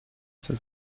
chcę